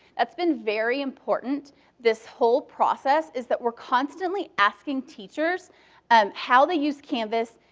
that's been very important this whole process is that we're constantly asking teachers um how they use canvas,